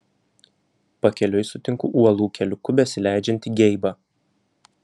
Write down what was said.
pakeliui sutinku uolų keliuku besileidžiantį geibą